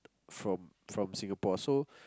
from from Singapore so